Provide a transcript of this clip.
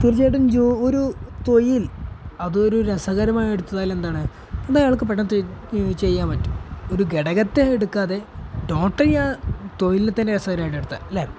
തീർച്ചയായിട്ടും ഒരു തൊഴിൽ അതൊരു രസകരമായി എടുത്താൽ എന്താണ് എന്താണ് അയാൾക്ക് പെട്ടെന്ന് ചെയ്യാൻ പറ്റും ഒരു ഘടകത്തെ എടുക്കാതെ ടോട്ടലി ആ തൊഴിലിനെ തന്നെ രസകരമായിട്ടെടുത്താൽ അല്ലേ